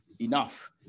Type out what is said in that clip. enough